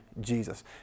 Jesus